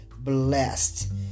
blessed